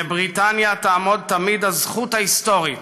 לבריטניה תעמוד תמיד הזכות ההיסטורית